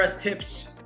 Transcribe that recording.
tips